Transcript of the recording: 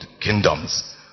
kingdoms